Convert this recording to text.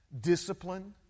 discipline